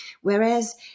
Whereas